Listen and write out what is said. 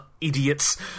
idiots